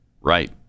right